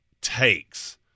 takes